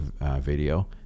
video